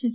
S